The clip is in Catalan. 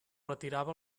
retirava